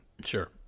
Sure